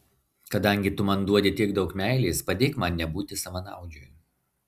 kadangi tu man duodi tiek daug meilės padėk man nebūti savanaudžiui